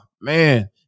man